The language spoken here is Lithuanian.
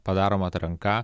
padaroma atranka